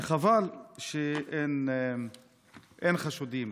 וחבל שאין חשודים.